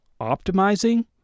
optimizing